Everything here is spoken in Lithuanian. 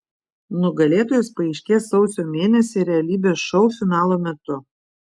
nugalėtojas paaiškės sausio mėnesį realybės šou finalo metu